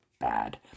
bad